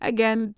Again